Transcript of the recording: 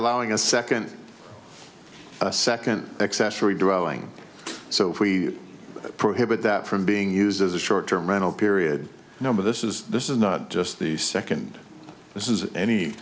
allowing a second a second accessory drawing so if we prohibit that from being used as a short term rental period number this is this is not just the second this is any